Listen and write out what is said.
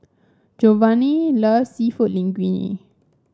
Geovanni loves seafood Linguine